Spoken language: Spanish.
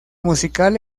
musical